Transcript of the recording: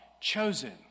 Chosen